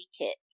kit